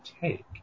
take